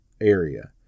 area